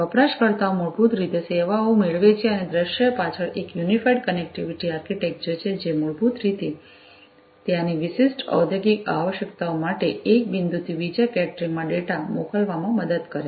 વપરાશકર્તાઓ મૂળભૂત રીતે સેવાઓ મેળવે છે અને દૃશ્ય પાછળ એક યુનિફાઇડ કનેક્ટિવિટી આર્કિટેક્ચર છે જે મૂળભૂત રીતે ત્યાંની વિશિષ્ટ ઔદ્યોગિક આવશ્યકતાઓ માટે એક બિંદુથી બીજા કેટરિંગ માં ડેટા મોકલવામાં મદદ કરે છે